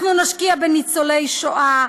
אנחנו נשקיע בניצולי שואה,